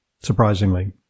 surprisingly